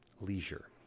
leisure